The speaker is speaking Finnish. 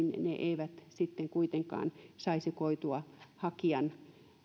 niin ne eivät sitten kuitenkaan saisi koitua hakijan